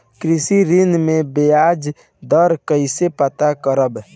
कृषि ऋण में बयाज दर कइसे पता करब?